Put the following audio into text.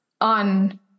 on